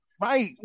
Right